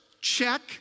check